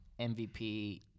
MVP